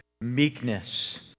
meekness